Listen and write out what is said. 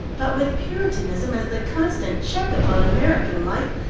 but with puritanism as the constant check upon american life,